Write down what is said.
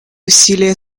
усилия